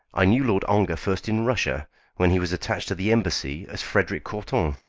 i knew lord ongar first in russia when he was attached to the embassy as frederic courton.